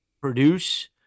produce